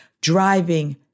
driving